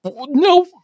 no